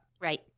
Right